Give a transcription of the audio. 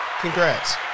congrats